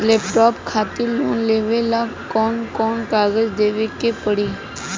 Laptop खातिर loan लेवे ला कौन कौन कागज देवे के पड़ी?